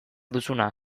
duzuna